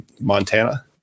Montana